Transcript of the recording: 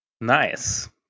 Nice